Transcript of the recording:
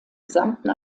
gesamten